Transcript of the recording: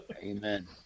Amen